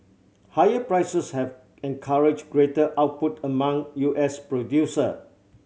higher prices have encouraged greater output among U S producer